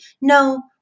No